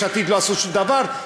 יש עתיד לא עושים שום דבר,